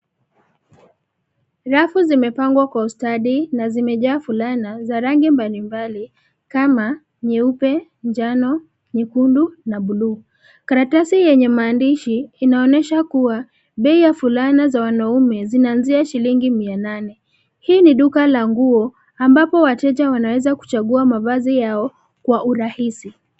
Rafu zimepangwa kwa ustadi na zimejaa fulana za rangi mbali mbali kama nyeupe, njano, nyekundu na bluu. Karatasi yenye maandishi inaonyesha kuwa bei ya fulana za wanaume zinaanzia shilingi mia nane. Hii ni duka la nguo ambapo wateja wanaweza kuchagua mavazi yao kwa hurahisi.